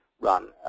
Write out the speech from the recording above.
run